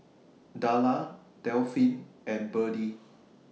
Darla Delphin and Birdie